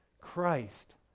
Christ